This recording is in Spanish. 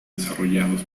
desarrollados